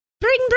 Bring